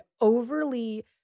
overly